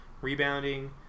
rebounding